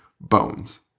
Bones